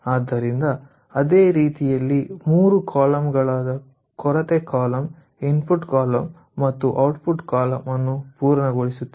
ಆದ್ದರಿಂದ ಇದೇ ರೀತಿಯಲ್ಲಿ 3 ಕಾಲಮ್ ಗಳಾದ ಕೊರತೆ ಕಾಲಮ್ ಇನ್ಪುಟ್ ಕಾಲಮ್ ಮತ್ತು ಔಟ್ಪುಟ್ ಕಾಲಮ್ ಅನ್ನು ಪೂರ್ಣಗೊಳಿಸುತ್ತೇವೆ